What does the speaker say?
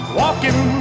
walking